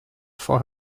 for